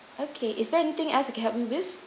okay is there anything else I can help you with